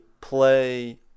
play